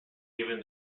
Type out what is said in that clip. given